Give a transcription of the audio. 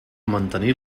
mantenir